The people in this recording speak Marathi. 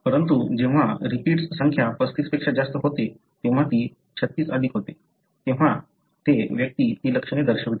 परंतु जेव्हा रिपीट्स संख्या 35 पेक्षा जास्त होते तेव्हा ती 36 अधिक होते तेव्हा ते व्यक्ती ती लक्षणे दर्शवतात